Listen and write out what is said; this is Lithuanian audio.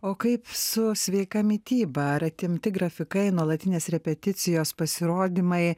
o kaip su sveika mityba ar atimti grafikai nuolatinės repeticijos pasirodymai